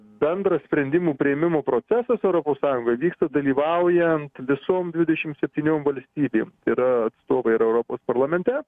bendras sprendimų priėmimo procesas europos sąjungoj vyksta dalyvaujant visoms dvidešim septyniom valstybėm yra atstovai ir europos parlamente